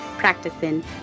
practicing